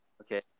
okay